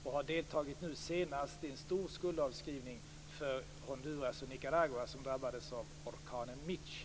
Senast deltog vi i en stor skuldavskrivning för Honduras och Nicaragua som ju drabbades av orkanen Mitch.